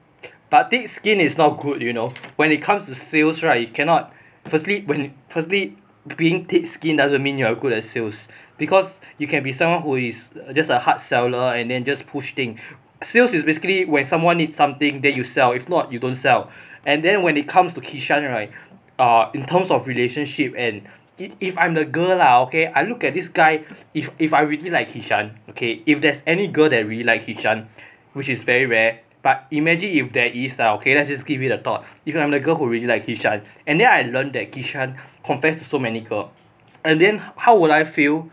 but thick skin is not good you know when it comes to sales right you cannot firstly when firstly being thick skinned doesn't mean you are good at sales because you can be someone who is just a hard seller and then just push things sales is basically when someone need something that you sell if not you don't sell and then when it comes to kishan right err in terms of relationship and if if I'm the girl lah okay I look at this guy if if I really like kishan okay if there's any girl that really like kishan which is very rare but imagine if there is ah okay let's just give it a thought if I'm a girl who really like kishan and then I learnt that kishan confessed so many girl and then how would I feel